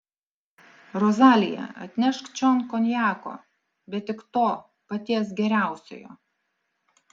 rozalija atnešk čion konjako bet tik to paties geriausiojo